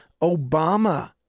Obama